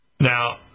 Now